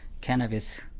cannabis